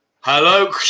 hello